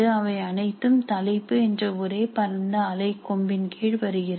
அவை அனைத்தும் தலைப்பு என்ற ஒரே பரந்த அலை கொம்பின் கீழ் வருகிறது